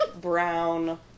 brown